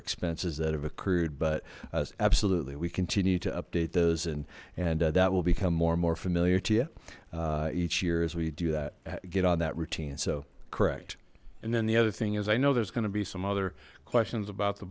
expenses that have accrued but absolutely we continue to update those and and that will become more and more familiar to you each year as we do that get on that routine so correct and then the other thing is i know there's gonna be some other questions about the